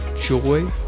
joy